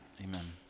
amen